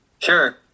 Sure